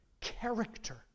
Character